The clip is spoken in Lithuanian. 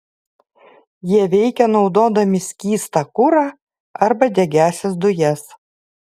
jie veikia naudodami skystą kurą arba degiąsias dujas